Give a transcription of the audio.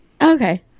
okay